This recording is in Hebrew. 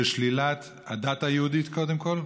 של שלילת הדת היהודית קודם כול,